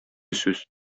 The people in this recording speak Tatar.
сүз